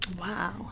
Wow